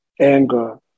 anger